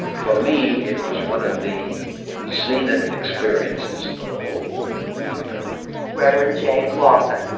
for me, it was one of the zenith experiences of the whole movement reverend james lawson,